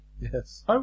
Yes